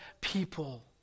people